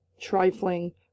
trifling